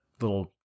little